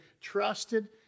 trusted